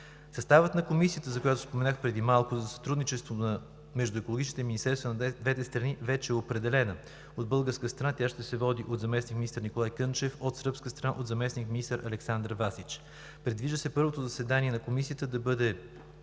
Съставът на Комисията, за която споменах преди малко, за сътрудничество между екологичните министерства на двете страни, вече е определен. От българска страна тя ще се води от заместник-министър Николай Кънчев, от сръбска страна – от заместник-министър Александър Васич. Предвижда се на първото заседание на Комисията да бъдат